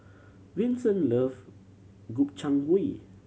Vincent love Gobchang Gui